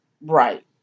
Right